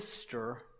sister